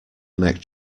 neck